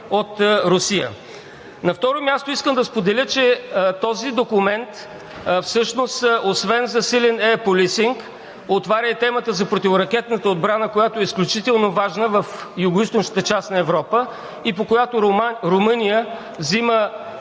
от Русия. На второ място, искам да споделя, че този документ всъщност освен засилен Air Policing, отваря и темата за противоракетната отбрана, която е изключително важна в Югоизточната част на Европа и по която Румъния взима